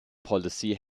policy